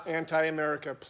anti-America